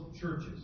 churches